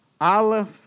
aleph